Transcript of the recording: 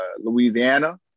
Louisiana